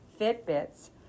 Fitbits